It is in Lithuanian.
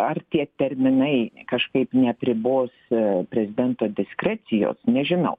ar tie terminai kažkaip neapribos prezidento diskrecijos nežinau